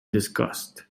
disgust